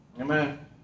Amen